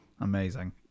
amazing